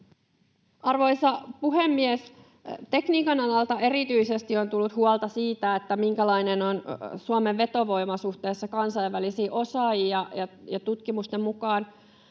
Arvoisa puhemies! Tekniikan alalta erityisesti on tullut huolta siitä, minkälainen on Suomen vetovoima suhteessa kansainvälisiin osaajiin, ja tutkimusten mukaan